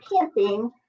camping